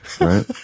right